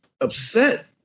upset